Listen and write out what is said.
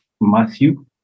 Matthew